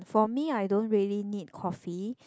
for me I don't really need coffee